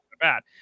bad